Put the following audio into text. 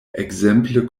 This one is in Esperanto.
ekzemple